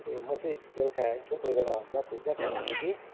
ए म चाहिँ बेलुका यसो कोही बेला हल्काफुल्का खान्छु कि